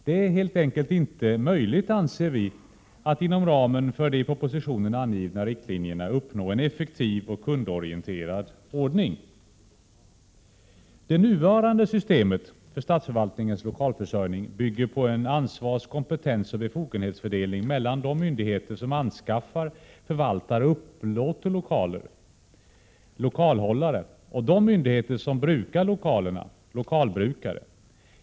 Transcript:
Det är helt enkelt inte möjligt, anser vi, att inom ramen för de i propositionen angivna riktlinjerna uppnå en effektiv och kundorienterad ordning. Det nuvarande systemet för statsförvaltningens lokalförsörjning bygger på en ansvars-, kompetensoch befogenhetsfördelning mellan de myndigheter som anskaffar, förvaltar och upplåter lokaler — lokalhållare — och de myndigheter som brukar lokalerna — lokalbrukare.